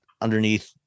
underneath